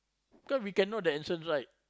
cause we can know the answers right